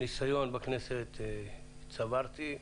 ניסיון בכנסת צברתי,